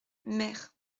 mer